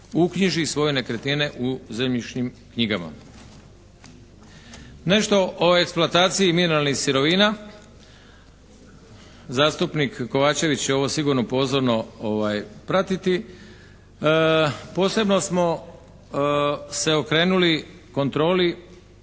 uknjiži svoje nekretnine u zemljišnim knjigama. Nešto o eksploataciji mineralnih sirovina. Zastupnik Kovačević će ovo sigurno pozorno pratiti. Posebno smo se okrenuli kontroli